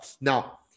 Now